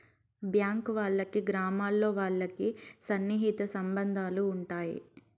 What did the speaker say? bank వాళ్ళకి గ్రామాల్లో వాళ్ళకి సన్నిహిత సంబంధాలు ఉంటాయి